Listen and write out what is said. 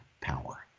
power